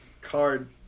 card